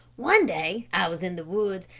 one day i was in the woods,